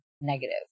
Negative